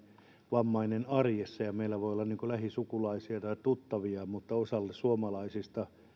vammaisen arjessa ja meillä voi olla lähisukulaisia tai tuttavia mutta osalle suomalaisista